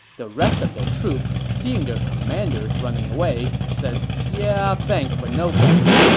the rest of their troops, seeing their commanders running away, said yeah, thanks but no thanks.